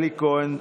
אלי כהן,